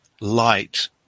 light